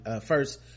First